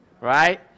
right